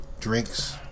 drinks